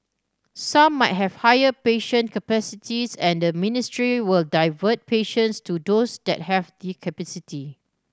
some might have higher patient capacity and the ministry will divert patients to those that have the capacity